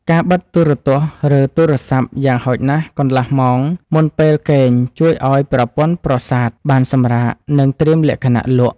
ការបិទទូរទស្សន៍ឬទូរស័ព្ទយ៉ាងហោចណាស់កន្លះម៉ោងមុនពេលគេងជួយឱ្យប្រព័ន្ធប្រសាទបានសម្រាកនិងត្រៀមលក្ខណៈលក់។